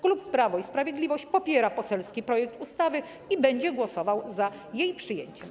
Klub Prawo i Sprawiedliwość popiera poselski projekt ustawy i będzie głosował za jej przyjęciem.